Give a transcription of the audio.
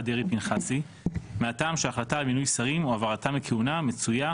דרעי-פנחסי מהטעם שההחלטה על מינוי שרים או העברתם מכהונה מצויה